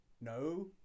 No